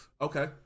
okay